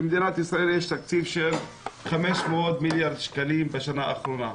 למדינת ישראל יש תקציב של 500 מיליארד שקלים בשנה האחרונה.